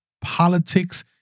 politics